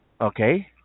okay